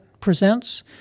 presents